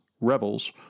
rebels